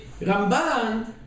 Ramban